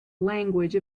language